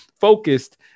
focused